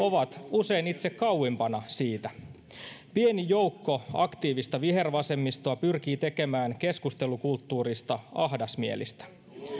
ovat usein itse kauimpana siitä pieni joukko aktiivista vihervasemmistoa pyrkii tekemään keskustelukulttuurista ahdasmielistä